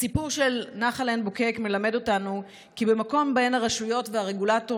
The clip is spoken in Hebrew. הסיפור של נחל בוקק מלמד אותנו כי במקום שבו הרשויות והרגולטור